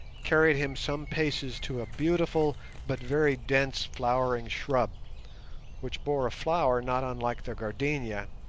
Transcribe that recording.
carried him some paces to a beautiful but very dense flowering shrub which bore a flower not unlike the gardenia,